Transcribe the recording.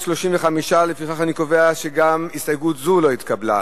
35. לפיכך אני קובע שההסתייגות לא התקבלה.